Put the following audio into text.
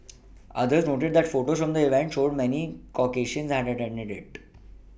others noted that photos from the event showed many Caucasians had attended it